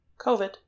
COVID